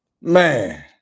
Man